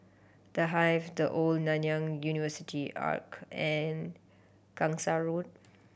The Hive The Old Nanyang University Arch and Gangsa Road